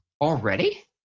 already